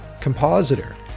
compositor